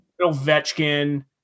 Ovechkin